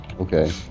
Okay